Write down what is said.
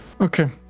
Okay